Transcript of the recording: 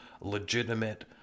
legitimate